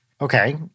okay